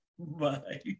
Bye